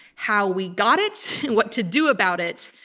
how we got it, and what to do about it.